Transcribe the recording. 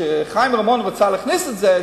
כשחיים רמון רצה להכניס את זה,